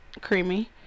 Creamy